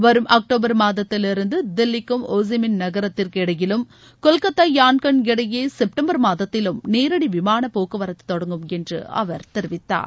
வரும் அக்டோபர் மாதத்திலிருந்து தில்லிக்கும் ஹோ சி மின் நகரத்திற்கு இடையிலும் கொல்கத்தா யாள்கள் இடையே சு சுப்டம்பர் மாதத்திலும் நேரடி விமானப்போக்குவரத்து தொடங்கும் என்று அவர் தெரிவித்தார்